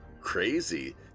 crazy